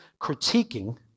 critiquing